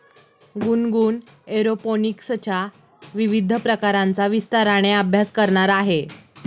गुनगुन एरोपोनिक्सच्या विविध प्रकारांचा विस्ताराने अभ्यास करणार आहे